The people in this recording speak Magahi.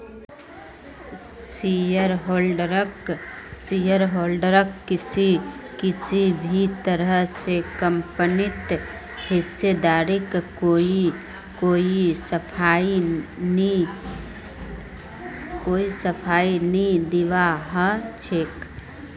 शेयरहोल्डरक किसी भी तरह स कम्पनीत हिस्सेदारीर कोई सफाई नी दीबा ह छेक